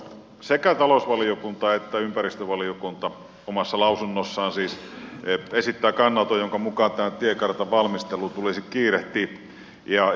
sekä talousvaliokunta että ympäristövaliokunta omassa lausunnossaan siis esittävät kannanoton jonka mukaan tämän tiekartan valmistelua tulisi kiirehtiä